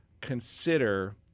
consider